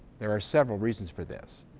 there are several reasons for this.